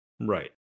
Right